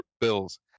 bills